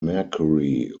mercury